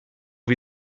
wie